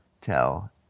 tell